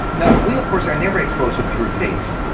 now we of course are never exposed to pure taste,